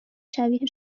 شبیه